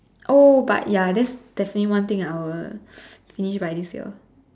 but ya that's definitely one thing I will finish by this year